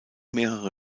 mehrere